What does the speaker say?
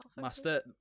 Master